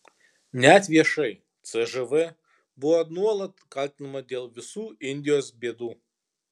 net viešai cžv buvo nuolat kaltinama dėl visų indijos bėdų